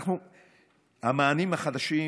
המענים החדשים